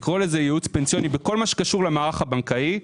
לקרוא לזה ייעוץ פנסיוני בכל מה שקשור למערך הבנקאי,